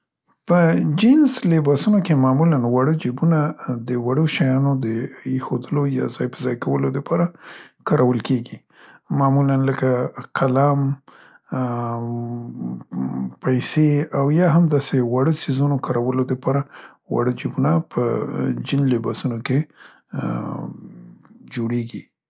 په جینز لپاسونو کې معمولاً واړه جیبونه د وړو شیانو د ایښودلو یا ځای په ځای کولو دپاره کاورل کیګي، معمولاً لکه قلم، ام م، پیسې او یا هم داسې واړه څيزونو کاورلو دپاره واړه جیبونه په جین لباسونو کې ام م جوړېګي.